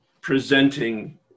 presenting